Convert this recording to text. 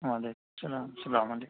وعلیکم السلام السلام علیکم